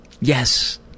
Yes